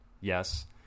yes